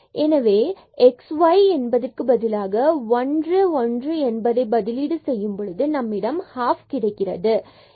எனவே இதை x y 1 1 பதிலீடு செய்யும்பொழுது நம்மிடம் ½ பாதி கிடைக்கிறது